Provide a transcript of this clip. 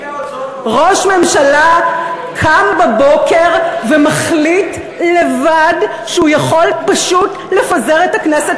ראש ממשלה קם בבוקר ומחליט לבד שהוא יכול פשוט לפזר את הכנסת,